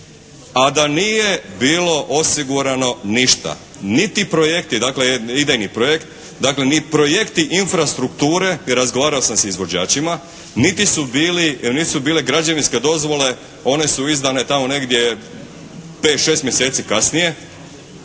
a da nije bilo osigurano ništa, niti projekti, dakle idejni projekt ni projekti infrastrukture, i razgovarao sam sa izvođačima niti su bile građevinske dozvole, one su izdane tamo negdje pet, šest mjeseci kasnije,